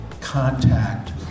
contact